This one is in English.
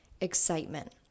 excitement